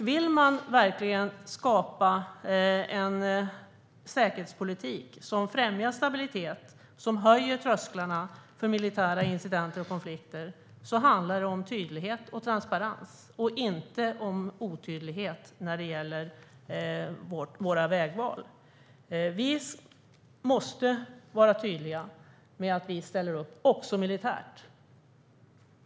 Vill man verkligen skapa en säkerhetspolitik som främjar stabilitet och höjer trösklarna för militära incidenter och konflikter handlar det om tydlighet och transparens, inte om otydlighet om våra vägval. Vi måste vara tydliga med att vi ställer upp också militärt.